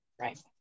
Right